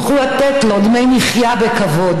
יוכלו לתת לו דמי מחיה בכבוד.